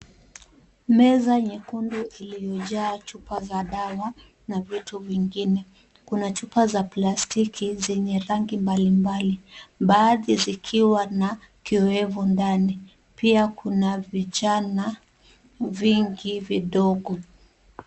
Meza nyekundu iliyojaa chupa za dawa na vitu vingine. Kuna chupa za plastiki zenye rangi mbalimbali, baadhi zikiwa na kioevu ndani. Pia kuna vichana vingi vidogo.